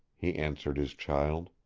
he answered his child.